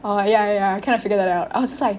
oh ya ya I kind of figure that out I was just like